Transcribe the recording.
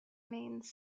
means